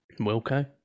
Wilco